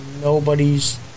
Nobody's